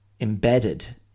embedded